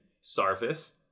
Sarvis